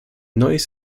neues